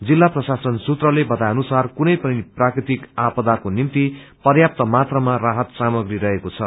जिल्ला प्रशासन सूत्रले बताए अनुसार कुनै पनि प्राकृतिक आपदाको निम्ति पर्याप्त मात्रामा राहत सामग्री रहेको छ